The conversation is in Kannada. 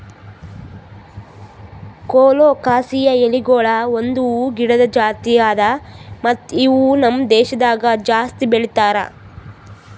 ಕೊಲೊಕಾಸಿಯಾ ಎಲಿಗೊಳ್ ಒಂದ್ ಹೂವು ಗಿಡದ್ ಜಾತಿ ಅದಾ ಮತ್ತ ಇವು ನಮ್ ದೇಶದಾಗ್ ಜಾಸ್ತಿ ಬೆಳೀತಾರ್